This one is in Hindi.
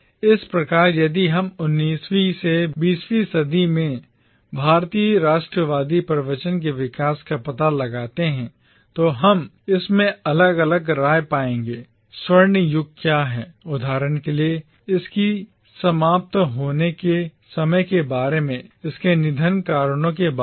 इस प्रकार यदि हम 19 वीं से 20 वीं सदी में भारतीय राष्ट्रवादी प्रवचन के विकास का पता लगाते हैं तो हम इसमें अलग अलग राय पाएंगे कि उदाहरण के लिए स्वर्ण युग का गठन किस समय हुआ कब समाप्त हुआ इसके कारणों के बारे में